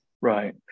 Right